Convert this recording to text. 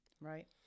Right